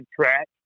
track